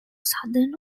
southern